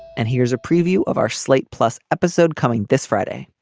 and here's a preview of our slate plus episode coming this friday